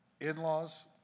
in-laws